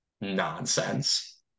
nonsense